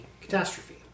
catastrophe